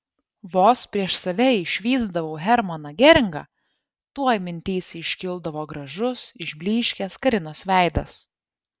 vos prieš save išvysdavau hermaną geringą tuoj mintyse iškildavo gražus išblyškęs karinos veidas